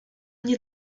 mnie